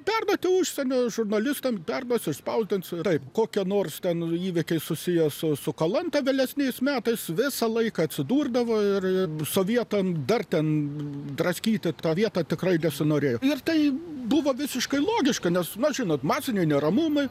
perduoti užsienio žurnalistams perduos išspausdins taip kokia nors ten įvykiai susiję su us kalanta vėlesniais metais visą laiką atsidurdavo ir ir sovietam dar ten draskyti tą vietą tikrai nesinorėjo ir tai buvo visiškai logiška nes na žinot masiniai neramumai